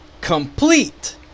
complete